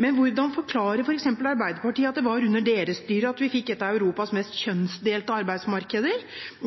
Men hvordan forklarer f.eks. Arbeiderpartiet at det var under deres styre at vi fikk et av Europas mest kjønnsdelte arbeidsmarked,